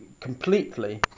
completely